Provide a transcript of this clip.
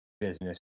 business